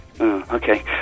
Okay